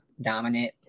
dominant